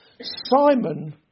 Simon